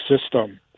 system